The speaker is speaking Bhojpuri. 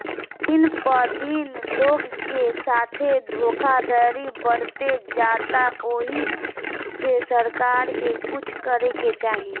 दिन प दिन लोग के साथे धोखधड़ी बढ़ते जाता ओहि से सरकार के कुछ करे के चाही